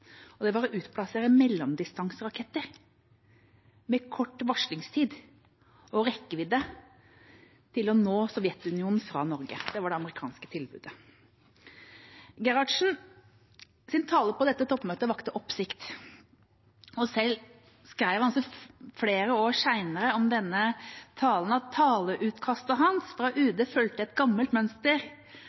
og det var å utplassere mellomdistanseraketter med kort varslingstid og rekkevidde til å nå Sovjetunionen fra Norge. Det var det amerikanske tilbudet. Gerhardsens tale på dette toppmøtet vakte oppsikt. Selv skrev han flere år senere om denne talen at taleutkastet hans fra UD fulgte et gammelt mønster,